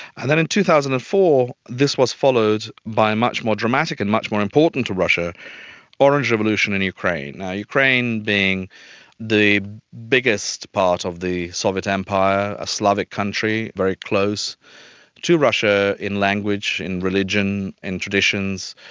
and then in two thousand and four this was followed by a much more dramatic and much more important to russia orange revolution in ukraine. yeah ukraine being the biggest part of the soviet empire, a slavic country, very close to russia in language, in religion, in traditions.